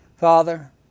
Father